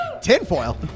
Tinfoil